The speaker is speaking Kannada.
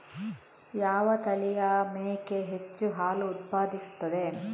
ಯಾವ ತಳಿಯ ಮೇಕೆ ಹೆಚ್ಚು ಹಾಲು ಉತ್ಪಾದಿಸುತ್ತದೆ?